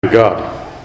God